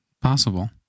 Possible